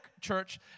church